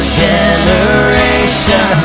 generation